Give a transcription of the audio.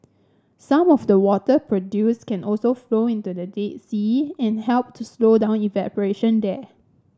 some of the water produced can also flow into the Dead Sea and help to slow down evaporation there